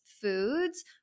foods